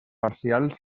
parcials